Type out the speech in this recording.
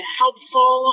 helpful